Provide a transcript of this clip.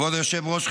כבוד היושב-ראש,